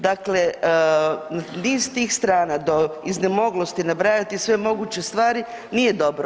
Dakle niz tih strana do iznemoglosti nabrajati sve moguće stvari nije dobro.